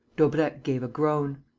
daubrecq gave a groan.